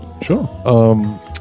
Sure